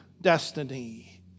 destiny